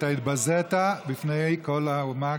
אתה התבזית בפני כל האומה,